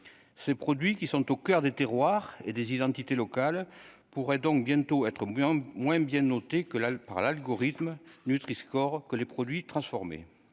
ces produits qui sont au coeur des terroirs et des identités locales pourraient donc bientôt être bruyant, moins bien noté que la l'par l'algorithme nutriscore que les produits transformés